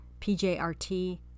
PJRT